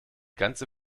ganze